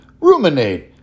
Ruminate